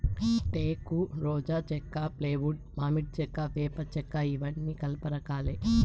టేకు, రోజా చెక్క, ఫ్లైవుడ్, మామిడి చెక్క, వేప చెక్కఇవన్నీ కలప రకాలే